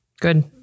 good